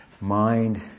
mind